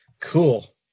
Cool